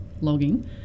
logging